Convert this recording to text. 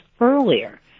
earlier